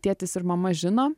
tėtis ir mama žino